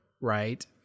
Right